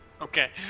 Okay